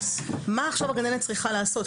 מה עכשיו הגננת צריכה לעשות?